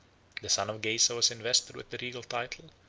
the son of geisa was invested with the regal title,